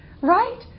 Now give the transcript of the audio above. Right